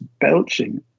belching